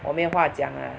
我没话讲 ah